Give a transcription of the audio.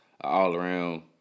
all-around